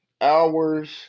hours